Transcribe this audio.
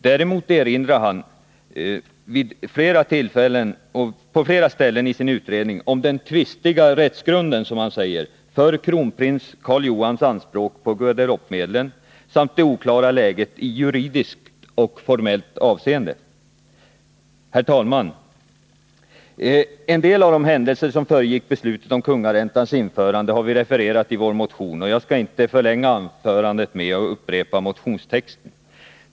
Däremot erinrar han på flera ställen i sin utredning om den tvistiga rättsgrunden för, som han säger, kronprins Karl Johans anspråk på Guadeloupemedlen samt det oklara läget i juridiskt och formellt avseende. Herr talman! En del av de händelser som föregick beslutet om kungaräntans införande har vi refererat i vår motion, och jag skall inte förlänga anförandet med att upprepa motionstexten.